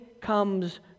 comes